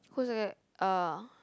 who's that uh